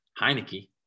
Heineke